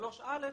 3א,